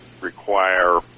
require